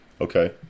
Okay